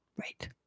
Right